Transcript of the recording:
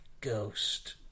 ghost